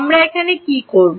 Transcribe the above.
আমরা এখন কী করব